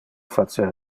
facer